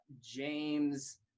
James